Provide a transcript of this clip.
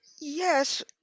Yes